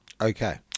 Okay